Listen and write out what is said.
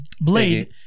Blade